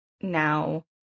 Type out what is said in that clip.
now